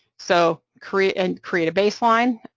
so create and create a baseline